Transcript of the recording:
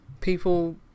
people